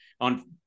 on